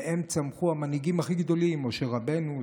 מהם צמחו המנהיגים הכי גדולים: משה רבנו,